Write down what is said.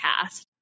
cast